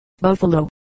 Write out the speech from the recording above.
Buffalo